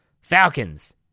Falcons